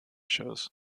shows